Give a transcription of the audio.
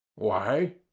why?